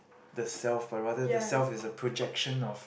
the self but rather the self is a projection of